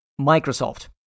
Microsoft